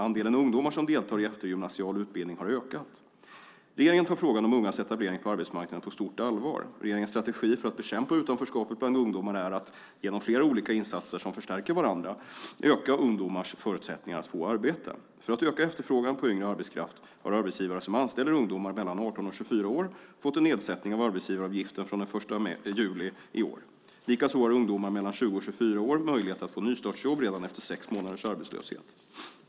Andelen ungdomar som deltar i eftergymnasial utbildning har ökat. Regeringen tar frågan om ungas etablering på arbetsmarknaden på stort allvar. Regeringens strategi för att bekämpa utanförskapet bland ungdomar är att, genom flera olika insatser som förstärker varandra, öka ungdomarnas förutsättningar att få arbete. För att öka efterfrågan på yngre arbetskraft har arbetsgivare som anställer ungdomar mellan 18 och 24 år fått en nedsättning av arbetsgivaravgiften från och med den 1 juli i år. Likaså har ungdomar mellan 20 och 24 år möjlighet att få nystartsjobb redan efter sex månaders arbetslöshet.